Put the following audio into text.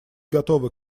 готовы